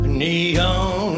neon